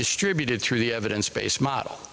distributed through the evidence based model